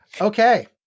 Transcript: Okay